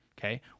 okay